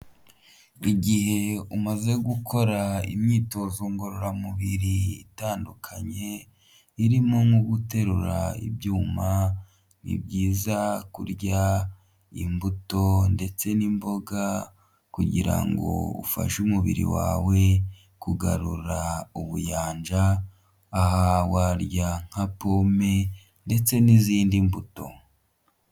Igihe umaze gukora imyitozo ngororamubiri itandukanye irimo nko guterura ibyuma ,ni byiza kurya imbuto ndetse n'imboga, kugira ngo ufashe umubiri wawe kugarura ubuyanja, aha warya nka pome ndetse n'izindi mbuto.